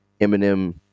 Eminem